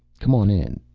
come on in.